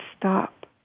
stop